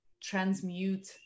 Transmute